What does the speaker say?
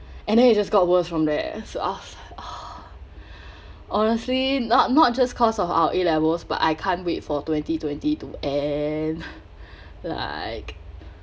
and then it just got worse from there so off honestly not not just cause of our a levels but I can't wait for twenty twenty two and like